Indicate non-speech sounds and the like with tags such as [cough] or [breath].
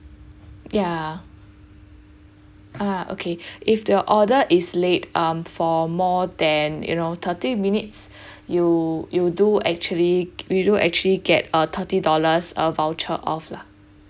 yeah ah okay [breath] if your order is late um for more than you know thirty minutes [breath] you you do actually you do actually get a thirty dollars uh voucher off lah